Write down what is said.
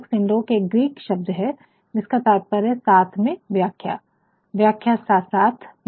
synecdoche एक Greek शब्द है जिसका मतलब है साथ में व्याख्या व्याख्या साथ साथ में